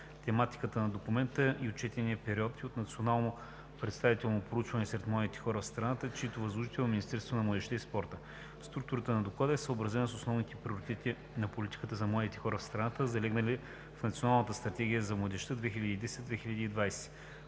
тематиката на документа и отчетния период, и от национално представително проучване сред младите хора в страната, чийто възложител е Министерството на младежта и спорта. Структурата на Доклада е съобразена с основните приоритети на политиката за младите хора в страната, залегнали в Националната стратегия за младежта (2010 – 2020